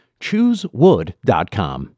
ChooseWood.com